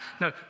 No